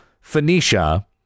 Phoenicia